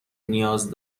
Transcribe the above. نیاز